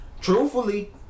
truthfully